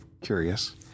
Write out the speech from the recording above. curious